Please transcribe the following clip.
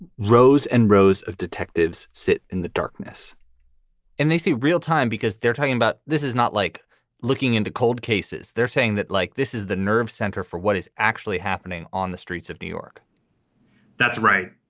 rows and rows of detectives sit in the darkness and they see real time because they're talking about. this is not like looking into cold cases. they're saying that, like, this is the nerve center for what is actually happening on the streets of new york that's right.